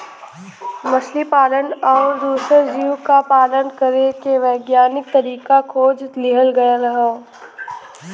मछली पालन आउर दूसर जीव क पालन करे के वैज्ञानिक तरीका खोज लिहल गयल हौ